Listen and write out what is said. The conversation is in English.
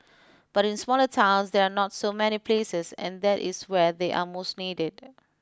but in smaller towns there are not so many places and that is where they are most needed